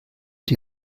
die